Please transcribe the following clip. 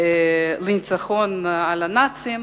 לניצחון על הנאצים,